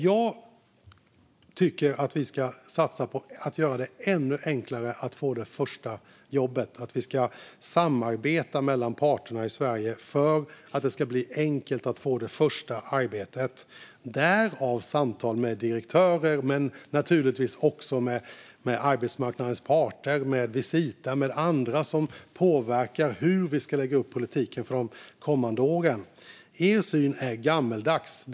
Jag tycker alltså att vi ska satsa på att göra det ännu enklare att få det första jobbet. Vi ska samarbeta mellan parterna i Sverige för att det ska bli enkelt att få det första arbetet - därav samtalet med direktörer. Men naturligtvis sker samtal också med arbetsmarknadens parter, med Visita och med andra som påverkar hur vi ska lägga upp politiken för de kommande åren. Er syn är gammaldags, Lars Beckman.